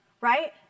Right